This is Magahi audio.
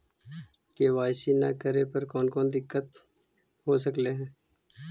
के.वाई.सी न करे पर कौन कौन दिक्कत हो सकले हे?